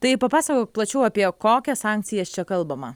tai papasakok plačiau apie kokias sankcijas čia kalbama